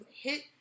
hit